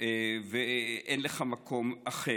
ואין לך מקום אחר.